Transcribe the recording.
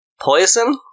poison